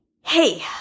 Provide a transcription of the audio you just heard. Hey